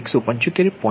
47 angle 175